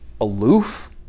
aloof